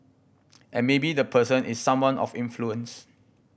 and maybe the person is someone of influence